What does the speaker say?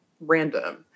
random